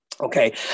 okay